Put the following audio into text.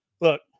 Look